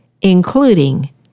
including